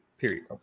period